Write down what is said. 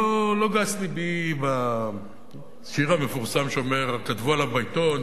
לא גס לבי בשיר המפורסם שאומר: כתבו עליו בעיתון,